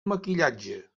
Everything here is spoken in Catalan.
maquillatge